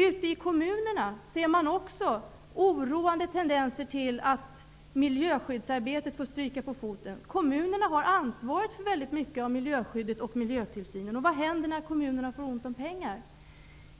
Ute i kommunerna ser man också oroande tendenser till att miljöskyddsarbetet får stryka på foten. Kommunerna har ansvaret för väldigt mycket av miljöskyddet och miljötillsynen. Vad händer när kommunerna får ont om pengar?